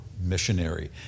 missionary